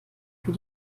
für